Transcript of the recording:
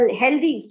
healthy